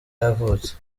yavutse